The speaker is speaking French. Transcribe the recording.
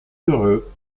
heureux